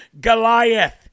Goliath